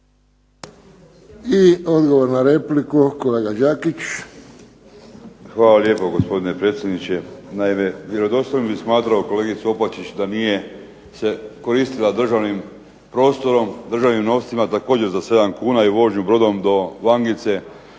I odgovor na repliku kolega Đakić. **Đakić, Josip (HDZ)** Hvala lijepo gospodine potpredsjedniče. Naime, vjerodostojno bih smatrao kolegicu Opačić da se nije koristila državnim prostorom, državnim novcem također za 7 kuna i vožnju brodom do Vangice